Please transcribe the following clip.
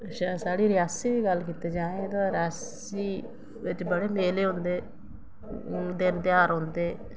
साढ़ी रियासी दी गल्ल कीती जाये ते साढ़ी रियासी च बड़े मेले होंदे दिन ध्यार औंदे